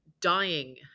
dying